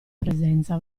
presenza